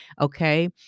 Okay